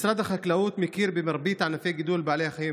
משרד החקלאות מכיר במרבית ענפי גידול בעלי החיים,